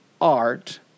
art